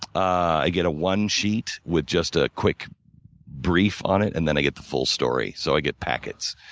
i get a one sheet with just a quick brief on it, and then i get the full story. so i get packets.